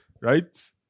right